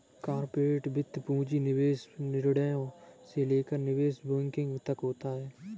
corporate वित्त पूंजी निवेश निर्णयों से लेकर निवेश बैंकिंग तक होती हैं